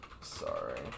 Sorry